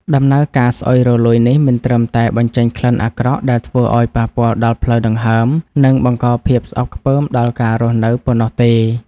ដំណើរការស្អុយរលួយនេះមិនត្រឹមតែបញ្ចេញក្លិនអាក្រក់ដែលធ្វើឱ្យប៉ះពាល់ដល់ផ្លូវដង្ហើម និងបង្កភាពស្អប់ខ្ពើមដល់ការរស់នៅប៉ុណ្ណោះទេ។